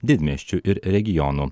didmiesčių ir regionų